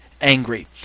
angry